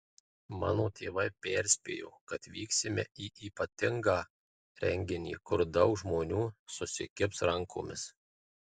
mano tėvai perspėjo kad vyksime į ypatingą renginį kur daug žmonių susikibs rankomis